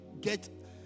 get